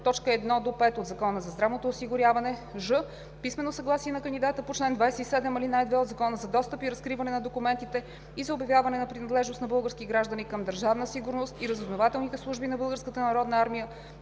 1, т. 1 – 5 от Закона за здравното осигуряване; ж) писмено съгласие на кандидата по чл. 27, ал. 2 от Закона за достъп и разкриване на документите и за обявяване на принадлежност на български граждани към Държавна сигурност и разузнавателните служби на